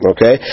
Okay